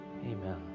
Amen